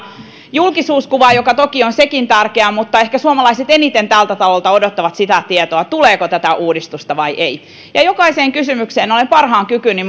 julkisuuskuvaa mikä toki on sekin tärkeää mutta ehkä suomalaiset eniten tältä talolta odottavat sitä tietoa tuleeko tätä uudistusta vai ei ja jokaiseen kysymykseen olen parhaan kykyni